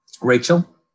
Rachel